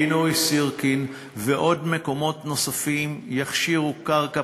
פינוי סירקין ומקומות נוספים יכשירו קרקע